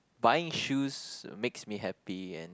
buying shoes makes me happy and